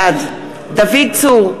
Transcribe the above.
בעד דוד צור,